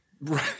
Right